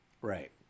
Right